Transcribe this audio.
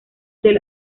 del